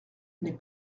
n’est